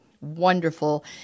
wonderful